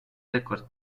del